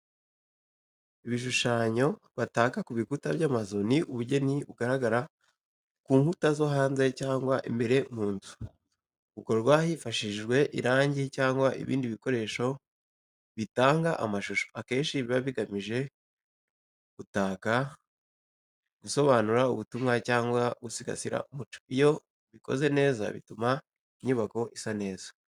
Ibishushanyo bataka kubikuta by'amazu ni ubugeni bugaragara ku nkuta zo hanze cyangwa imbere mu nzu, bukorwa hifashishijwe irangi cyangwa ibindi bikoresho bitanga ishusho. Akenshi biba bigamije gutaka, gusobanura ubutumwa, cyangwa gusigasira umuco. Iyo bikoze neza, bituma inyubako isa neza.